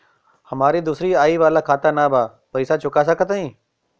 हमारी दूसरी आई वाला खाता ना बा पैसा चुका सकत हई?